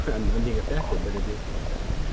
ah um i'm being affected, but it is being affected.